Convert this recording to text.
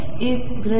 च्या समान आहे